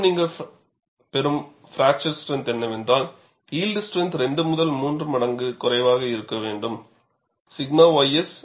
மேலும் நீங்கள் பெறும் பிராக்சர் ஸ்ட்ரெந்த் என்னவென்றால் யில்ட் ஸ்ட்ரெந்த் 2 முதல் 3 மடங்கு குறைவாக இருக்க வேண்டும் 𝛔 ys